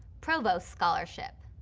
provost scholarship.